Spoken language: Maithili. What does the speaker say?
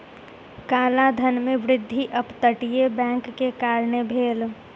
काला धन में वृद्धि अप तटीय बैंक के कारणें भेल